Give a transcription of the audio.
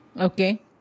okay